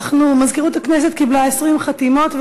מזכירות הכנסת קיבלה 20 חתימות,